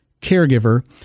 caregiver